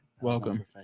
welcome